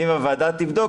אם הוועדה תבדוק,